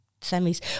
Semis